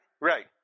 right